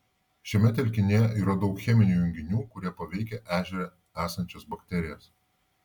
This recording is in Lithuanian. šiame telkinyje yra daug cheminių junginių kurie paveikia ežere esančias bakterijas